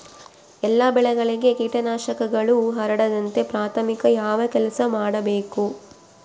ಎಲ್ಲ ಬೆಳೆಗಳಿಗೆ ಕೇಟನಾಶಕಗಳು ಹರಡದಂತೆ ಪ್ರಾಥಮಿಕ ಯಾವ ಕೆಲಸ ಮಾಡಬೇಕು?